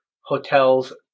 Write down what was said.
hotels